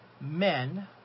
men